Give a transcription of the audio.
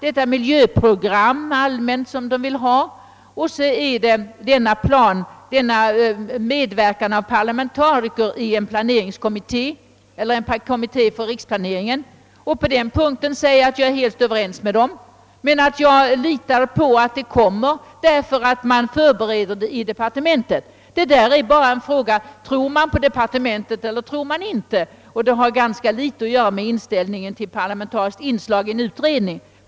De vill ha ett allmänt miljöprogram och medverkan av parlamentariker i en kommitté för riksplanering, och på den senare punkten är jag helt överens med dem. Men jag litar på att det förslaget kommer att genomföras ändå, eftersom man förbereder det i departementet. Detta är alltså en fråga om förtroende för departementet eller inte och har ganska litet att göra med inställningen till parlamentariskt inslag i en utredning.